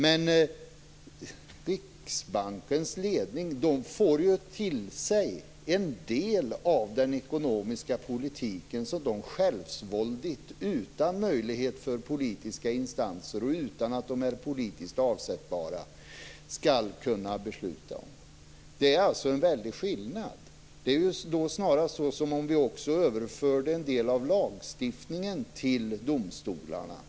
Men Riksbankens ledning får till sig en del av den ekonomiska politiken som den självsvåldigt, utan möjlighet för påverkan från politiska instanser och utan att den är politiskt avsättbar, skall kunna besluta om. Det är alltså en väldig skillnad. Det är snarast så som vi överförde en del av lagstiftningen till domstolarna.